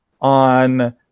On